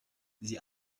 sie